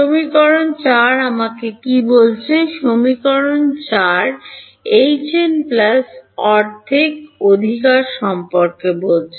সমীকরণ 4 আমাকে কী বলছে সমীকরণ 4 এইচ এন প্লাস অর্ধেক অধিকার সম্পর্কে কথা বলছে